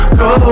go